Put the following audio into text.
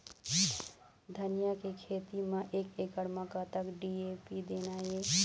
धनिया के खेती म एक एकड़ म कतक डी.ए.पी देना ये?